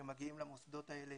שמגיעים למוסדות האלה